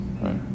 right